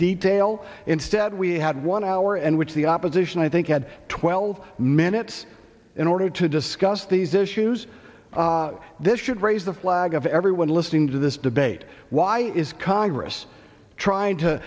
detail instead we had one hour and which the opposition i think had twelve minutes in order to discuss these issues this should raise the flag of everyone listening to this debate why is congress trying to